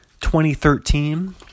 2013